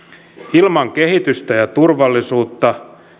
ilman kehitystä ja turvallisuutta